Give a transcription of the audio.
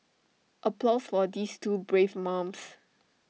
applause for these two brave mums